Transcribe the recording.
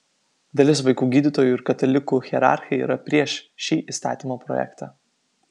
dalis vaikų gydytojų ir katalikų hierarchai yra prieš šį įstatymo projektą